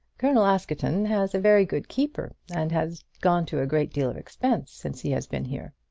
colonel askerton has a very good keeper, and has gone to a great deal of expense since he has been here.